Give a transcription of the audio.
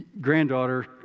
granddaughter